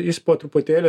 jis po truputėlį